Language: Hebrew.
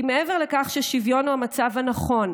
כי מעבר לכך ששוויון הוא המצב הנכון,